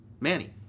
Manny